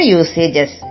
usages